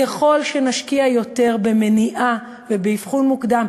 ככל שנשקיע יותר במניעה ובאבחון מוקדם